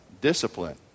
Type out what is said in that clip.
discipline